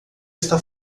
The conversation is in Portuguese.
está